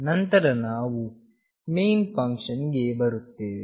ನಂತರ ನಾವು main function ಗೆ ಬರುತ್ತೇವೆ